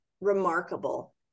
remarkable